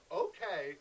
okay